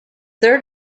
their